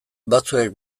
batzuek